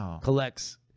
collects